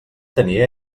tenia